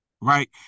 Right